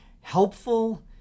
helpful